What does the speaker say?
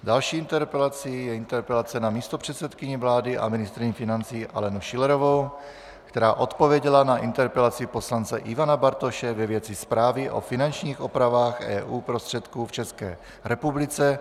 Další interpelací je interpelace na místopředsedkyni vlády a ministryni financí Alenu Schillerovou, která odpověděla na interpelaci poslance Ivana Bartoše ve věci zprávy o finančních opravách EU prostředků v České republice.